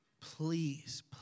Please